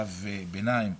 צו ביניים,